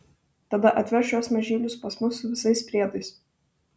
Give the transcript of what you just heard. tada atvežk šiuos mažylius pas mus su visais priedais